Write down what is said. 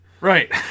Right